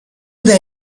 they